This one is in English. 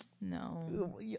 no